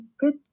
good